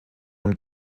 und